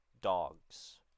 dogs